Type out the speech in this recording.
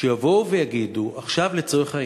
שיבואו ויגידו עכשיו, לצורך העניין,